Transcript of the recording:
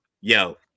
Yo